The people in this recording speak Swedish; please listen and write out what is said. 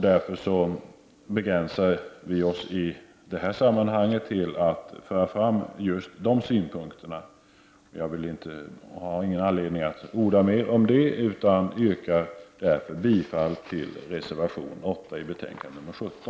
Därför begränsar vi oss i detta sammanhang till att föra fram just dessa synpunkter. Jag har ingen anledning att orda mer om detta utan yrkar bifall till reservation nr 8.